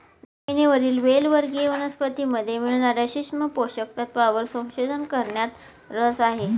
जमिनीवरील वेल वर्गीय वनस्पतीमध्ये मिळणार्या सूक्ष्म पोषक तत्वांवर संशोधन करण्यात रस आहे